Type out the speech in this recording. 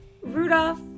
Rudolph